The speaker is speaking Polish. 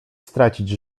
stracić